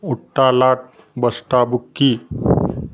उठता लाथ बसता बुक्की